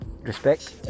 Respect